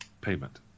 payment